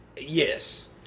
yes